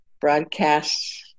broadcasts